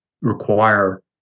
require